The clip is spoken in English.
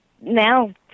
now